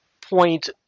point